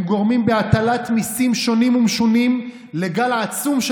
הם גורמים בהטלת מיסים שונים ומשונים לגל העצום של